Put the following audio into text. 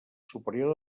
superior